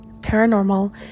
paranormal